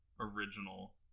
original